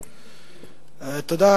תודה.